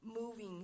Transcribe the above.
moving